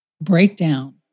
breakdown